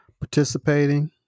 participating